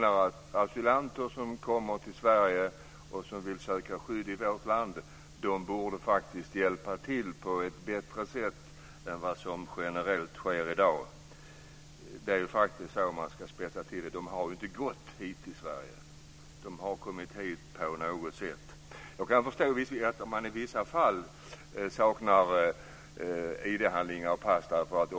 Asylsökande som kommer till Sverige för att söka skydd i vårt land borde faktiskt hjälpa till på ett bättre sätt än vad som generellt sker i dag. Om man ska spetsa till det kan man säga att de inte har gått till Sverige. De har kommit hit på något sätt. Jag kan förstå om det i vissa fall saknas ID handlingar och pass.